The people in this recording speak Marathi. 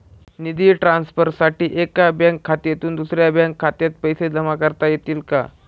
निधी ट्रान्सफरसाठी एका बँक खात्यातून दुसऱ्या बँक खात्यात पैसे जमा करता येतील का?